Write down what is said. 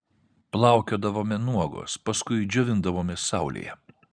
plaukiodavome nuogos paskui džiovindavomės saulėje